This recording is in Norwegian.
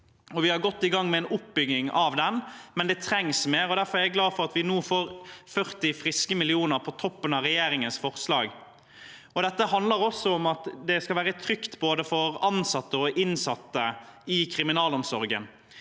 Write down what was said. vi er godt i gang med en oppbygging av den, men det trengs mer. Derfor er jeg glad for at vi nå får 40 friske millioner på toppen av regjeringens forslag. Dette handler også om at det skal være trygt både for ansatte og for innsatte i kriminalomsorgen.